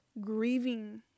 grieving